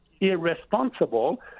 irresponsible